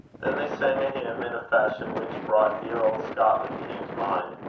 then they sang a hymn in a fashion which brought dear old scotland to hugh's mind,